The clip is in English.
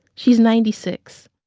she's ninety six,